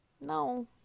No